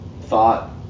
thought